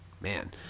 man